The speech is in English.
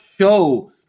show